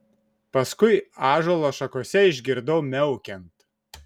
paskui ąžuolo šakose išgirdau miaukiant